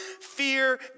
fear